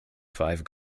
five